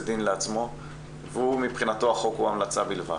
דין לעצמו ומבחינתו החוק הוא המלצה בלבד.